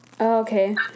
Okay